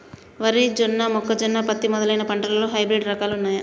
వరి జొన్న మొక్కజొన్న పత్తి మొదలైన పంటలలో హైబ్రిడ్ రకాలు ఉన్నయా?